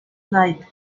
night